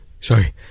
Sorry